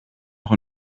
auch